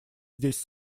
здесь